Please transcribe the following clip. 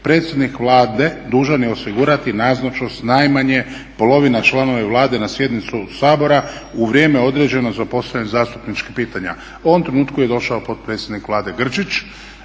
"predsjednik Vlade dužan je osigurati nazočno najmanje polovina članova Vlade na sjednicu Sabora u vrijeme određeno za postavljanje zastupničkih pitanja". U ovom trenutku je došao potpredsjednik Vlade Grčić.